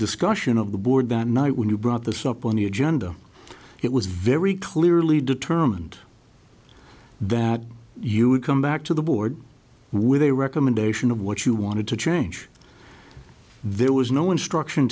discussion of the board that night when you brought this up on the agenda it was very clearly determined that you would come back to the board with a recommendation of what you wanted to change there was no instruction